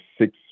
six